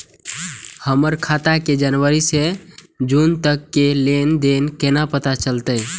हमर खाता के जनवरी से जून तक के लेन देन केना पता चलते?